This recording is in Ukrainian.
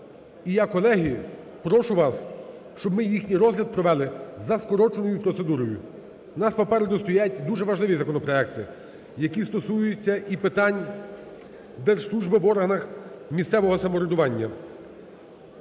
І я, колеги, прошу вас, щоб ми їхній розгляд провели за скороченою процедурою. У нас попереду стоять дуже важливі законопроекти, які стосуються і питань держслужби в органах місцевого самоврядування.